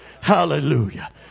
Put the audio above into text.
Hallelujah